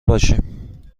باشیم